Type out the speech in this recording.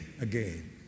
again